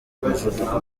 umuvuduko